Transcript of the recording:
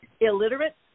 illiterate